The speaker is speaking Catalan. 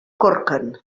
corquen